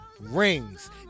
Rings